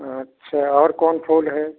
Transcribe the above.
अच्छा और कौन फूल है